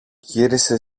γύρισε